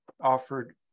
offered